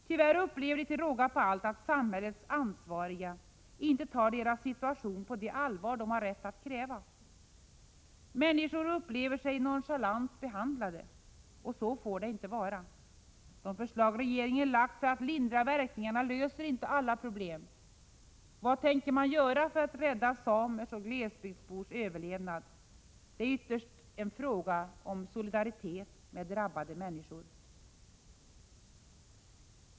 Tyvärr upplever de till råga på allt att samhällets ansvariga inte tar deras situation på det allvar de har rätt att kräva. Människor upplever sig nonchalant behandlade, och så får det inte vara. De förslag regeringen lagt fram för att lindra verkningarna löser inte alla problem. Vad tänker man göra för att rädda samers och glesbygdsbors överlevnad? Det är ytterst en fråga om solidaritet med drabbade människor.